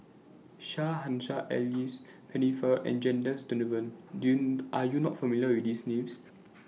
Shah Hussain Alice Pennefather and Janadas Devan Are YOU not familiar with These Names